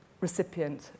recipient